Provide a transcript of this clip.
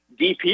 DP